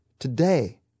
Today